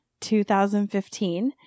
2015